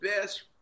best